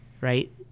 Right